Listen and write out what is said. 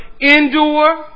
endure